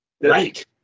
Right